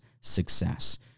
success